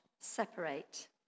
separate